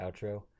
outro